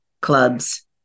clubs